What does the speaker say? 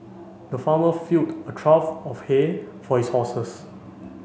the farmer filled a trough of hay for his horses